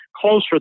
closer